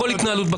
לא יעזור לכם.